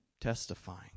testifying